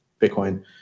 bitcoin